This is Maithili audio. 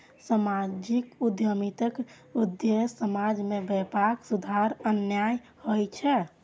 सामाजिक उद्यमिताक उद्देश्य समाज मे व्यापक सुधार आननाय होइ छै